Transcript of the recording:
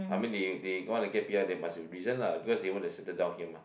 I mean they they want to get P_R there must a reason lah because they want to settle down here mah